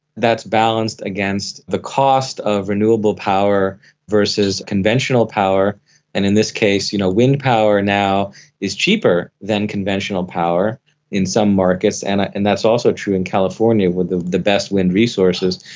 that's balanced against the cost of renewable power versus conventional power, and in this case you know wind power now is cheaper than conventional power in some markets, and ah and that's also true in california with the the best wind resources.